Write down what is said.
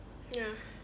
ya